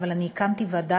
אבל אני הקמתי ועדה,